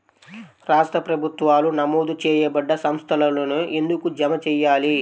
రాష్ట్ర ప్రభుత్వాలు నమోదు చేయబడ్డ సంస్థలలోనే ఎందుకు జమ చెయ్యాలి?